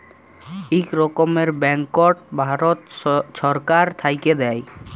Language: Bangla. ইক রকমের ব্যাংকট ভারত ছরকার থ্যাইকে দেয়